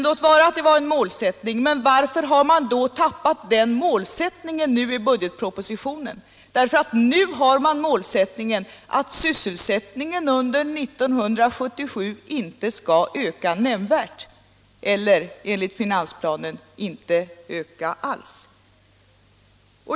Låt vara att det var en målsättning - men varför har man då tappat den i budgetpropositionen? Nu har man ju målsättningen att sysselsättningen under 1977 inte skall öka nämnvärt eller, enligt finansplanen, inte öka alls.